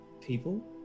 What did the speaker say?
people